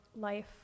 life